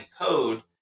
code